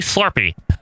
Slurpee